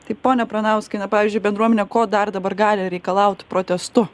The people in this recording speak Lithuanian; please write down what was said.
tai pone pranauskai na pavyzdžiui bendruomenė ko dar dabar gali reikalauti protestu